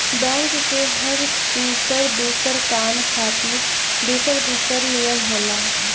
bank के हर दुसर दुसर काम खातिर दुसर दुसर नियम होला